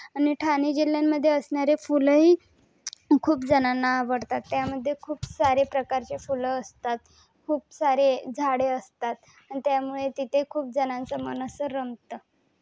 आणि ठाणे जिल्ह्यामध्ये असणारे फुलंही खूपजणांना आवडतात त्यामध्ये खूप सारे प्रकारचे फुलं असतात खूप सारे झाडे असतात आणि त्यामुळे तिथे खूपजणांचं मन असं रमतं